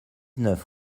neuf